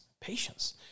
Patience